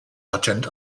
patent